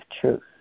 truth